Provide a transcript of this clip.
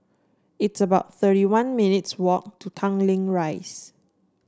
it's about thirty one minutes' walk to Tanglin Rise